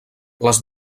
les